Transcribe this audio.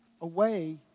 away